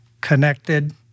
Connected